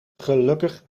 gelukkig